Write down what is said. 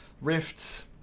Rift